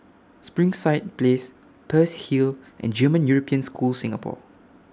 Springside Place Peirce Hill and German European School Singapore